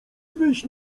wyjść